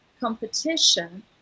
competition